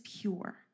pure